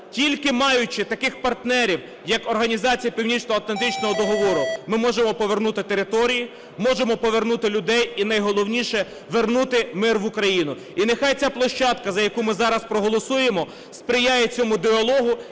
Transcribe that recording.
Тільки маючи таких партнерів як Організація Північноатлантичного договору ми можемо повернути території, можемо повернути людей і найголовніше – вернути мир в Україну. І нехай ця площадка, за яку ми зараз проголосуємо, сприяє цьому діалогу